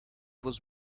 was